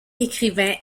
écrivain